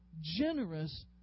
generous